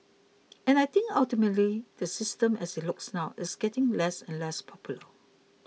and I think ultimately the system as it looks now is getting less and less popular